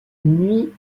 nuit